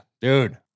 Dude